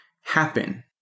happen